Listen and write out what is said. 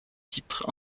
titres